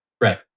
Right